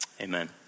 amen